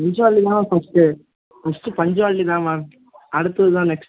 பஞ்ச்வாலிட்டிதான் ma'am first first பஞ்ச்வாலிட்டிதான் ma'am அடுத்ததுதான் next